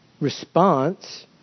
response